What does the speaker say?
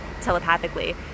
telepathically